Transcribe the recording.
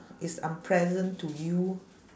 is unpleasant to you